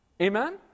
Amen